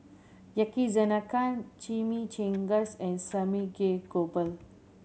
Yakizakana Chimichangas and Samgeyopsal